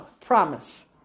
promise